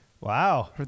Wow